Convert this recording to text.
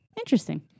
interesting